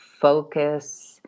focus